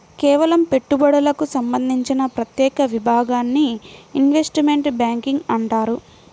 కేవలం పెట్టుబడులకు సంబంధించిన ప్రత్యేక విభాగాన్ని ఇన్వెస్ట్మెంట్ బ్యేంకింగ్ అంటారు